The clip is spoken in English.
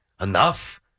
Enough